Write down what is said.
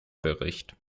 bericht